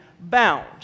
bound